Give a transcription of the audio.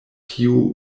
tiu